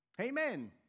Amen